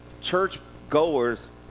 churchgoers